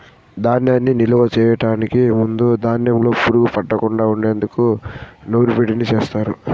ధాన్యాన్ని నిలువ చేయటానికి ముందు ధాన్యంలో పురుగు పట్టకుండా ఉండేందుకు నూర్పిడిని చేస్తారు